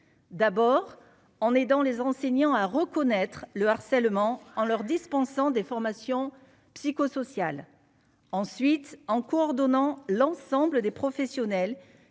d'abord en aidant les enseignants à reconnaître le harcèlement en leur dispensant des formations psychosocial ensuite en coordonnant l'ensemble des professionnels